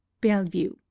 bellevue